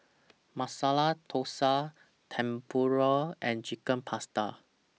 Masala Dosa Tempura and Chicken Pasta